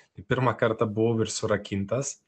pirmą kartą buvau ir surakintas